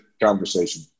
conversation